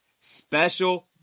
special